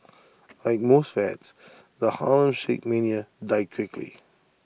like most fads the Harlem shake mania died quickly